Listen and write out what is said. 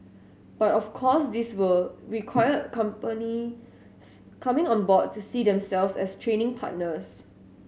but of course this would require companies coming on board to see themselves as training partners